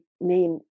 main